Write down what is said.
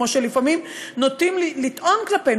כמו שלפעמים נוטים לטעון כלפינו,